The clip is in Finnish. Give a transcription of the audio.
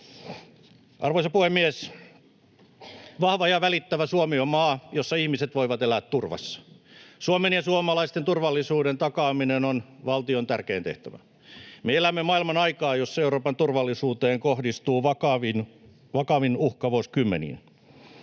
Arvoisa puhemies! Vahva ja välittävä Suomi on maa, jossa ihmiset voivat elää turvassa. Suomen ja suomalaisten turvallisuuden takaaminen on valtion tärkein tehtävä. Me elämme maailmanaikaa, jossa Euroopan turvallisuuteen kohdistuu vakavin uhka vuosikymmeniin.